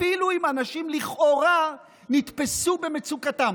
אפילו אם אנשים לכאורה נתפסו במצוקתם.